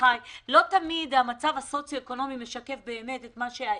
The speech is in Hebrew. מרדכי כהן: לא תמיד המצב הסוציו-אקונומי משקף באמת את העיר.